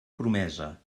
promesa